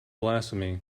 blasphemy